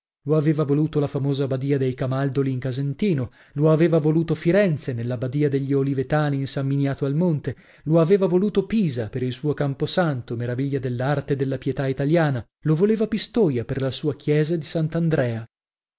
lo aveva voluto la famosa badia del camaldoli in casentino lo aveva voluto firenze nella badia degli olivetani in san miniato al monte lo aveva voluto pisa per il suo camposanto maraviglia dell'arte e della pietà italiana lo voleva pistoia per la sua chiesa di sant'andrea